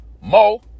Mo